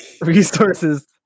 Resources